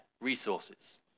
resources